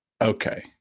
Okay